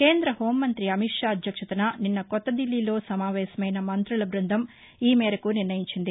కేంద్ర హోంమంతి అమిత్ షా అధ్యక్షతన నిన్న కొత్త దిల్లీలో సమావేశమైన మంతుల బ్బందం ఈ మేరకు నిర్ణయించింది